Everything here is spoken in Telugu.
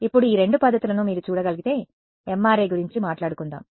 ఇప్పుడు ఈ రెండు పద్ధతులను మీరు చూడగలిగితే MRI గురించి మాట్లాడుకుందాం